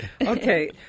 Okay